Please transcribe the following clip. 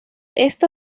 esta